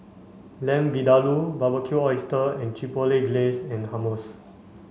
Lamb Vindaloo Barbecued Oysters and Chipotle Glaze and Hummus